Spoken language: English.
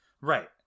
Right